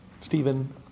Stephen